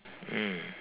mm